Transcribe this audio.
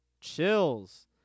chills